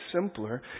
simpler